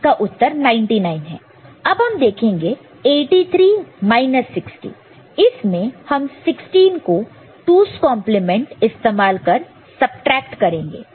अब हम देखेंगे 83 16 इसमें हम 16 को 2's कंप्लीमेंट 2's complement इस्तेमाल कर सबट्रैक्ट करेंगे